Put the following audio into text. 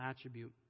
attribute